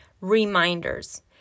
reminders